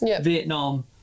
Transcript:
Vietnam